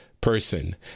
person